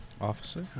Officer